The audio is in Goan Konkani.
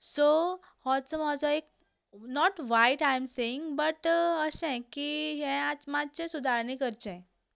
सो होच म्हजो एक not what I am saying but अशें की हें आतां मातशें सुदारणी करचें